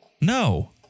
No